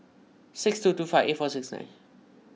six two two five eight four six nine